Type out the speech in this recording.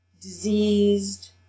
Diseased